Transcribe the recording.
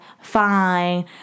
fine